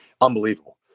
Unbelievable